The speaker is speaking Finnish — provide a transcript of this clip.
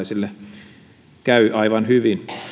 se meille perussuomalaisille käy aivan hyvin